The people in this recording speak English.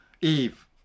Eve